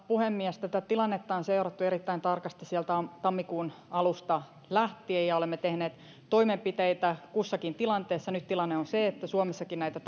puhemies tätä tilannetta on seurattu erittäin tarkasti sieltä tammikuun alusta lähtien ja ja olemme tehneet toimenpiteitä kussakin tilanteessa nyt tilanne on se että suomessakin näitä